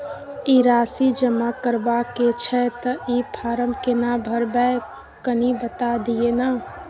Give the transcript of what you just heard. ई राशि जमा करबा के छै त ई फारम केना भरबै, कनी बता दिय न?